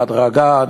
בהדרגה,